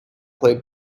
play